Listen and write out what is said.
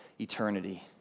eternity